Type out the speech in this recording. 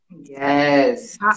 Yes